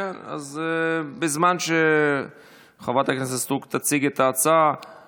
אז בזמן שחברת הכנסת סטרוק תציג את ההצעה,